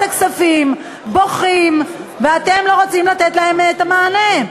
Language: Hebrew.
הכספים בוכים ואתם לא רוצים לתת להם את המענה?